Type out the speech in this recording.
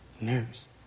news